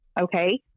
okay